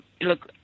Look